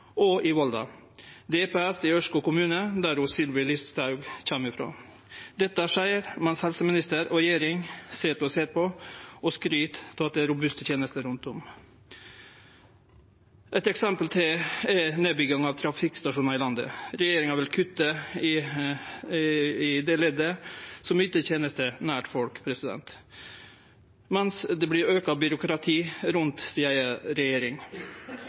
og i Volda og DPS i Ørskog kommune, der ho Sylvi Listhaug kjem ifrå. Dette skjer mens helseministeren og regjeringa sit og ser på – og skryter av at det er robuste tenester rundt om. Eit eksempel til er nedbygginga av trafikkstasjonar i landet. Regjeringa vil kutte i det leddet som yter tenester nær folk, mens det vert auka byråkrati rundt deira eiga regjering.